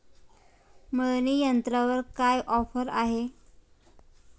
मळणी यंत्रावर काय ऑफर आहे?